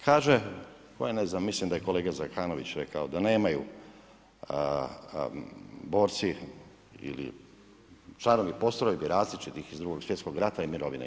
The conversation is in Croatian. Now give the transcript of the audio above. Kaže, tko je, ne znam, mislim da je kolega Zekanović rekao da nemaju borci ili članovi postrojbi različitih iz Drugog svjetskog rata i mirovine.